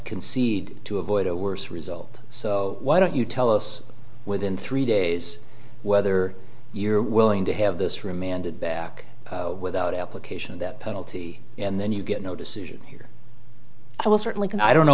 concede to avoid a worse result so why don't you tell us within three days whether you're willing to have this remanded back without application that penalty and then you get no decision here i will certainly can i don't know